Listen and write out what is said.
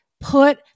put